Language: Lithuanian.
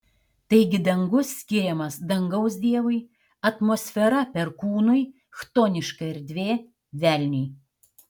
taigi dangus skiriamas dangaus dievui atmosfera perkūnui chtoniška erdvė velniui